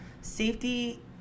Safety